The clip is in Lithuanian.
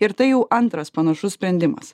ir tai jau antras panašus sprendimas